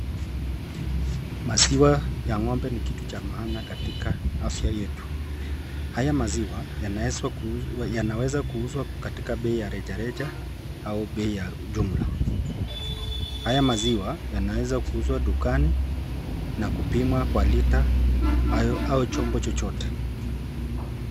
Maziwa ya ng'ombe ni kitu muhimu katika afya yetu. Haya maziwa yanaweza kuuzwa katika bei ya reja reja au bei ya jumla. Haya maziwa yanaweza kuuzwa dukani na kupimwa kwa lita ama chombo chochote.